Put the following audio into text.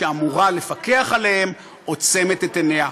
שאמורה לפקח עליהן, עוצמת את עיניה,